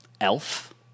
Elf